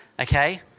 okay